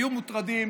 היו מוטרדים: